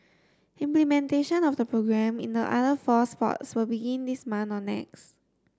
implementation of the programme in the other four sports will begin this month or next